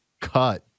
cut